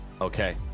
Okay